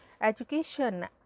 Education